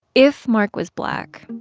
if mark was black,